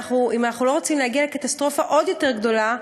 אם אנחנו לא רוצים להגיע לקטסטרופה עוד יותר גדולה,